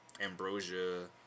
ambrosia